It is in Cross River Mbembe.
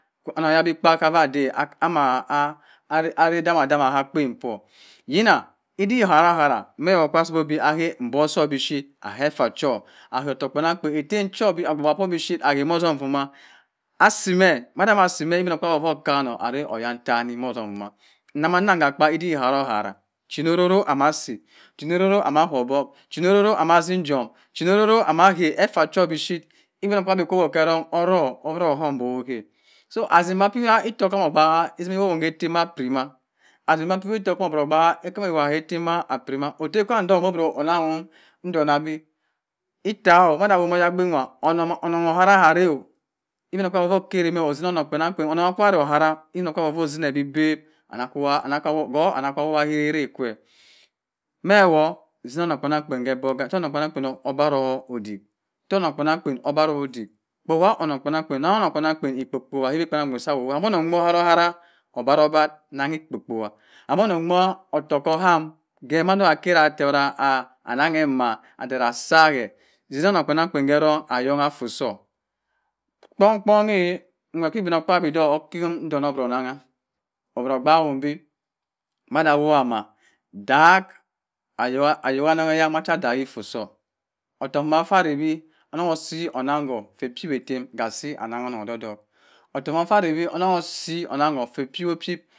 . Ana yabi kpat kah bah ade ama are dama dama akpen poh yenah idik ohara hara meho akwa osowobi ahe mbok soh boi shep ahe effah cho ahe otokk kpenang kpen etem cho bi ahuwa chobi shep agameh otom fuma asimeh matah asi meh obinokpabi ofoh okanoh oyantani muh otom vomah nema neh ha akpa idik eharo hara chano orono amasi amaho obok cheno ororo ama asinjom cheno ororo ama ghe effa cho bishep obinokpabi kuh weh okero oboro ohe so asia mba eta kemo ogbagha etimi hohem mah piri mah asin pah ita kwam koh gbagha hemo ewogha hehetem apiri mah kwan doh oboro onangho ndunabi ita oh amana tok ayagbin nwa oneng ohara ohareh ogbinokpabi ko keri meh otin oneng kpengang kpen akwane ohara inah kwemoh etimeh bi beh anakwa hoha he irek kwe meh woh otino onen kpenang kpen bogha toh oheng kpenang kpen abaro uchk kpowa oneng kpenang kpen ikpu kpowa agbe kpenang kpen sa woha moh oneng moh oharo-haro obaroh obaroh nanghi ekpu kpowa oneng nwo otogho aham oh geh mancho akerateh aneng emah aseghe adero onung kpenang kpen hiren ayoho effor soh kpong kpon eh nweri si obino kpabi cloh ntongha buro onangha oburo ogbahim beh madah awowama dak ayok ayok aneng ma cha adaghe efforr soh otokk mah fah arewi onung usi onungho mi epiweh etem kah asi anangho onung odwok dok otogh mva fah rewi asi ohun sho meh piwo pep.